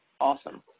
Awesome